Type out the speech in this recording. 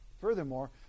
Furthermore